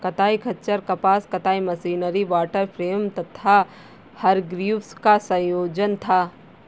कताई खच्चर कपास कताई मशीनरी वॉटर फ्रेम तथा हरग्रीव्स का संयोजन था